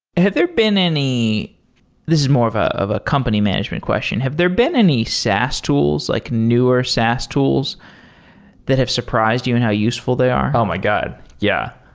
had there been any this is more of ah of a company management question have there been any saas tools, like newer saas tools that have surprised you and how useful they are? oh my god! yeah.